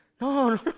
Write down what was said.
No